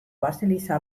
baseliza